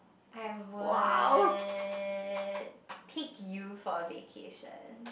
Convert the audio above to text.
I would take you for a vacation